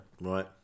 Right